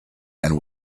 and